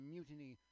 Mutiny